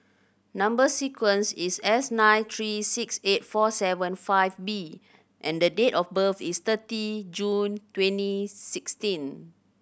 number sequence is S nine three six eight four seven five B and date of birth is thirty June twenty sixteen